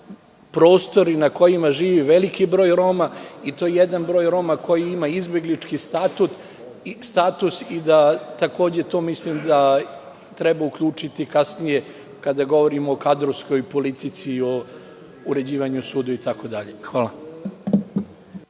prostori na kojima živi veliki broj Roma i to jedan broj Roma koji ima izbeglički status i takođe mislim da treba to uključiti kasnije, kada govorimo o kadrovskoj politici i o uređivanju suda itd. Hvala.